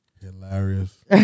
Hilarious